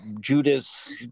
Judas